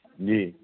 ਜੀ